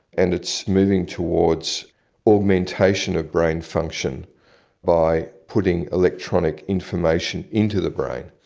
and it's moving towards augmentation of brain function by putting electronic information into the brain.